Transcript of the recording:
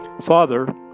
Father